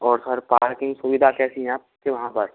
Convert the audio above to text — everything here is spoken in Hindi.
और सर पार्किंग सुविधा कैसी है आपके वहाँ पर